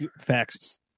facts